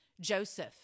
Joseph